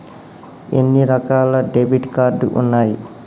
ఎన్ని రకాల debit card ఉన్నాయి?